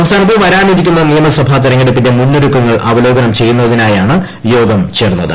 സംസ്ഥാനത്ത് വരാനിരിക്കുന്ന നിയമസഭാ തെരഞ്ഞെടുപ്പിന്റെ മുന്നൊരുക്കങ്ങൾ അവലോകനം ചെയ്യുന്നതിനായാണ് യോഗം ചേർന്നത്